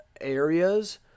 areas